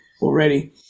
already